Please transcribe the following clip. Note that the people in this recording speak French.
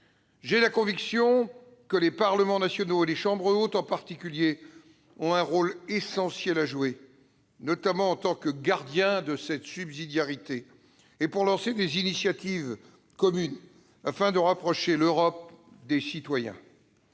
j'ai la conviction que les parlements nationaux, et les chambres hautes en particulier, ont un rôle essentiel à jouer, notamment en tant que gardiens de la subsidiarité et pour lancer des initiatives communes, afin de rapprocher l'Europe des citoyens.